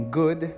good